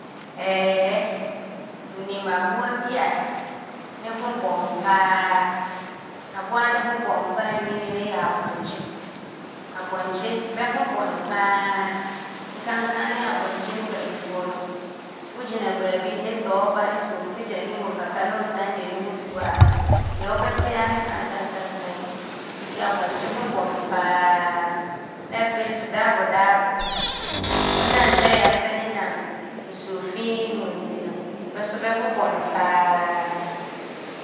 Aane nnim aboa bi a ne ho bɔno pa ara. Aboa a ne ho bɔno pa ara nnim no ne yɛ apɔnkye. Apɔnkye, bɛ ho bɔno pa ara nkanka ne apɔnkye mpanimfoɔ no. Wogyina baabi ne sɛ ɔba ne sɛ ɔpagya ne mu kakra ne ɔsan de ne ho si hɔ a, deɛ wobɛte ara ne kankankankan nti apɔnkye ho bɔno pa ara. Ne afei so, daabodaabo. Ɔnam sɛ ɔyɛ a ne bɛnenam nsuofi mu nti no, bɛ so bɛ ho bɔno pa ara.